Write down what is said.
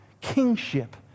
kingship